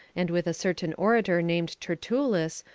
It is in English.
and with a certain orator named tertullus,